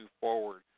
forward